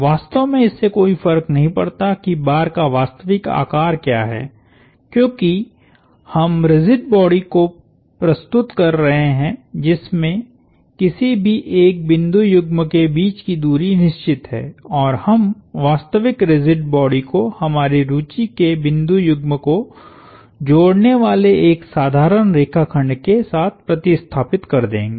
वास्तव में इससे कोई फर्क नहीं पड़ता कि बार का वास्तविक आकार क्या हैं क्योंकि हम रिजिड बॉडीज को प्रस्तुत कर रहे हैं जिसमे किसी भी एक बिंदु युग्म के बीच की दूरी निश्चित है और हम वास्तविक रिजिड बॉडी को हमारी रुचि के बिंदु युग्म को जोड़ने वाले एक साधारण रेखाखंड के साथ प्रतिस्थापित कर देंगे